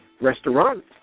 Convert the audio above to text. Restaurant